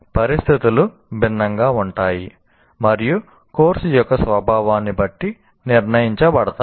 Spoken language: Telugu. పరిస్థితులు భిన్నంగా ఉంటాయి మరియు కోర్సు యొక్క స్వభావాన్ని బట్టి నిర్ణయించబడతాయి